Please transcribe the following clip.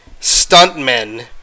stuntmen